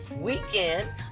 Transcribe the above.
weekend